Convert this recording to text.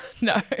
No